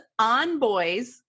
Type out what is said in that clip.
ONBOYS